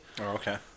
okay